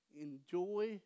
Enjoy